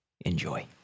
Enjoy